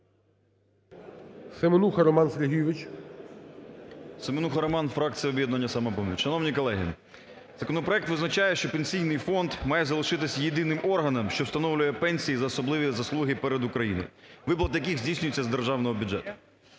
СЕМЕНУХА Р.С. Семенуха Роман, фракція "Об'єднання "Самопоміч". Шановні колеги, законопроект визначає, що Пенсійний фонд має залишитися єдиним органом, що встановлює пенсії за особливі заслуги перед Україною, виплата яких здійснюється з Державного бюджету.